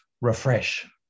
Refresh